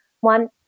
one